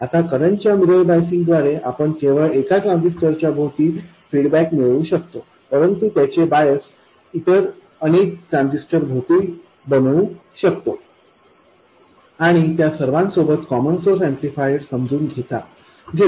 आता करंट च्या मिरर बायसिंगद्वारे आपण केवळ एका ट्रान्झिस्टरच्या भोवती फीडबॅक मिळवू शकतो परंतु त्याचे बायस इतर अनेक ट्रान्झिस्टर भोवती बनवू शकतो आणि त्या सर्वांसोबत कॉमन सोर्स ऍम्प्लिफायर समजून घेतो